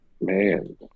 man